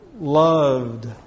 loved